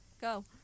go